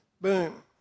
boom